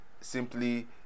simply